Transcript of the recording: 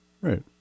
right